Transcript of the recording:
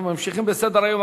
אנחנו ממשיכים בסדר-היום.